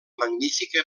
magnífica